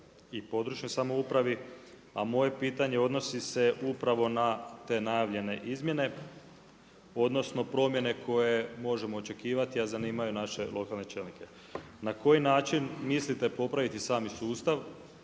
i područnoj samoupravi. A moje pitanje odnosi se upravo na te najavljene izmjene, odnosno promjene koje možemo očekivati a zanimaju naše lokalne čelnike. Na koji način mislite popraviti sami sustav